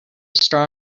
straw